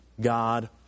God